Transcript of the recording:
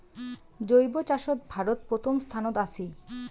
জৈব চাষত ভারত প্রথম স্থানত আছি